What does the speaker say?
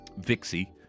Vixie